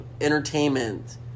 entertainment